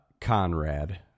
conrad